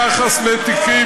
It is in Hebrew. היהודי נגד הליכוד,